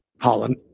Holland